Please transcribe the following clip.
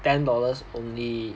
ten dollars only